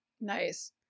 Nice